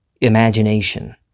imagination